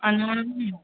आओर नारँगिओ